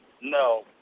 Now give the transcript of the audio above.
No